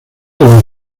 los